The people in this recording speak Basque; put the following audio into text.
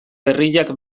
berriak